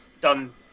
done